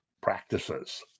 practices